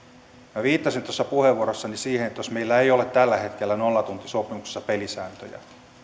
minä viittasin puheenvuorossani siihen että jos meillä ei ole tällä hetkellä nollatuntisopimuksissa pelisääntöjä